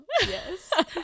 Yes